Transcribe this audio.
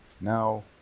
now